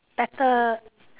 better